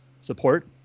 support